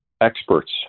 experts